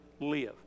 live